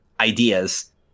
ideas